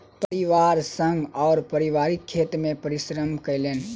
परिवार संग ओ पारिवारिक खेत मे परिश्रम केलैन